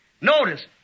Notice